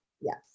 Yes